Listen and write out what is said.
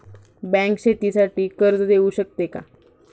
Bank शेतीसाठी कर्ज देऊ शकते का?